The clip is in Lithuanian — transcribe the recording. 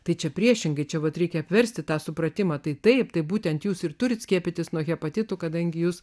tai čia priešingai čia vat reikia apversti tą supratimą tai taip tai būtent jūs ir turite skiepytis nuo hepatitų kadangi jūs